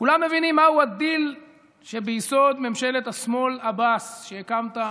כולנו מבינים מהו הדיל שביסוד ממשלת השמאל-עבאס שהקמת,